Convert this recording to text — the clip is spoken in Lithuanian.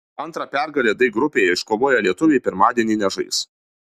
antra pergalę d grupėje iškovoję lietuviai pirmadienį nežais